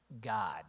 God